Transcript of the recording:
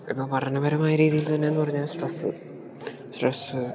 ഇപ്പോൾ പഠനപരമായ രീതിയിൽ തന്നെന്ന് പറഞ്ഞാൽ സ്ട്രെസ്സ് സ്ട്രെസ്സ്